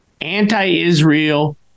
anti-Israel